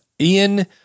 Ian